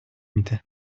میده